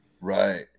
Right